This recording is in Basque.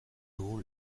dugu